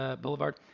Boulevard